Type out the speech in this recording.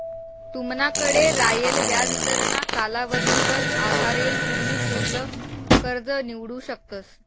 तुमनाकडे रायेल व्याजदरना कालावधीवर आधारेल तुमी पुढलं कर्ज निवडू शकतस